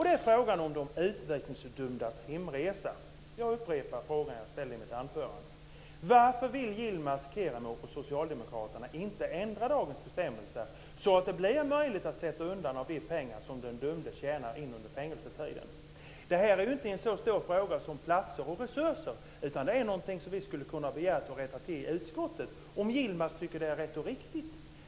Det är frågan om de utvisningsdömdas hemresa. Jag upprepar frågan, som jag ställde i mitt anförande: Varför vill Yilmaz Kerimo och Socialdemokraterna inte ändra dagens bestämmelser, så att det blir möjligt att sätta undan pengar som den dömde tjänar in under fängelsetiden? Det här är ju inte en så stor fråga som den om platser och resurser, utan det här är någonting som vi skulle kunna begära att man rättar till i utskottet, om Yilmaz tycker att det är rätt och riktigt.